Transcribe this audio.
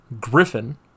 Griffin